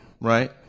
Right